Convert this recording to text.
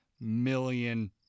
million